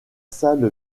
salle